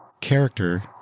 character